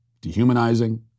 dehumanizing